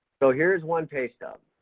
so here's one pay stub.